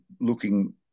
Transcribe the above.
looking